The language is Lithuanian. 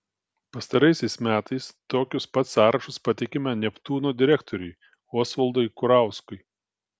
pastaraisiais metais tokius pat sąrašus pateikiame neptūno direktoriui osvaldui kurauskui